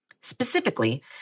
Specifically